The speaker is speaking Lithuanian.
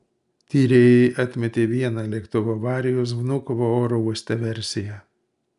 tyrėjai atmetė vieną lėktuvo avarijos vnukovo oro uoste versiją